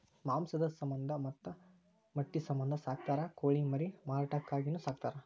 ಮಾಂಸದ ಸಮಂದ ಮತ್ತ ಮೊಟ್ಟಿ ಸಮಂದ ಸಾಕತಾರ ಕೋಳಿ ಮರಿ ಮಾರಾಟಕ್ಕಾಗಿನು ಸಾಕತಾರ